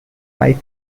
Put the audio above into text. wife